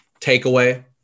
takeaway